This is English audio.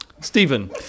Stephen